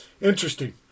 interesting